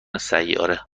سیاره